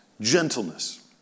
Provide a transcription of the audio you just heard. gentleness